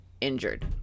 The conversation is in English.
injured